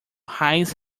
heinz